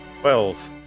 Twelve